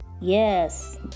Yes